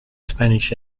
spanish